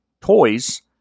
toys